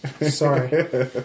sorry